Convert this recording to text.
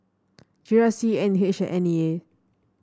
G R C N H N E A